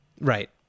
Right